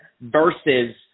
versus